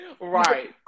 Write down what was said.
Right